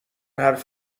حرف